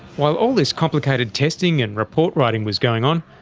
while all this complicated testing and report writing was going on,